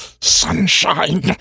sunshine